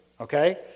okay